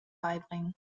beibringen